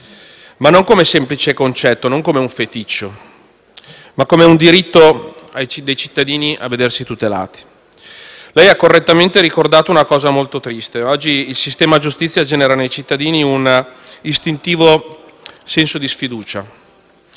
non come semplice concetto, non come un feticcio, ma come un diritto dei cittadini a vedersi tutelati. Lei ha correttamente ricordato un aspetto molto triste: oggi il sistema giustizia genera nei cittadini un istintivo senso di sfiducia.